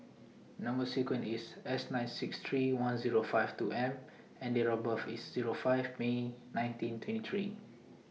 Number sequence IS S nine six three one Zero five two M and Date of birth IS Zero five May nineteen twenty three